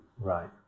Right